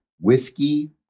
whiskey